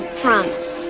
promise